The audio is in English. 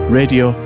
radio